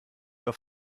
auf